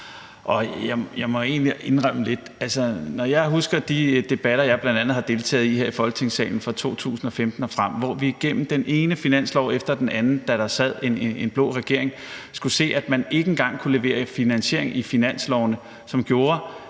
egentlig indrømme lidt, at når jeg husker de debatter, jeg bl.a. har deltaget i her i Folketingssalen fra 2015 og frem, hvor vi gennem den ene finanslov efter den anden, da der sad en blå regering, skulle se, at man ikke engang kunne levere en finansiering i finanslovene, som gjorde,